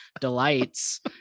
delights